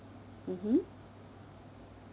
mmhmm